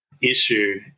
issue